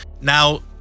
Now